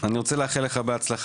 אני רוצה לאחל לך בהצלחה.